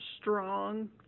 strong